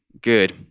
good